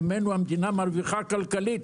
ממנו המדינה מרוויחה כלכלית,